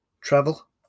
travel